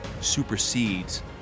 supersedes